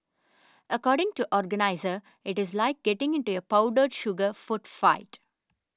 according to organiser it is like getting into a powdered sugar food fight